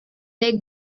they